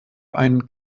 einen